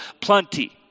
plenty